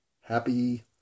happy